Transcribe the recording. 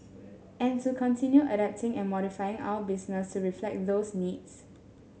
and to continue adapting and modifying our business to reflect those needs